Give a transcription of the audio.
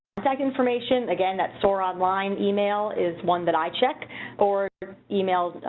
second information again that soar online email is one that i check or emails,